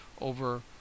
over